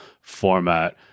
format